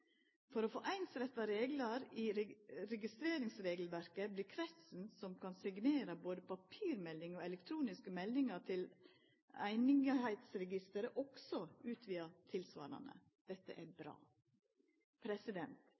For å få einsretta reglar i registreringsregelverket vert kretsen som kan signera både papirmelding og elektroniske meldingar til Einingsregisteret, også utvida tilsvarande. Dette er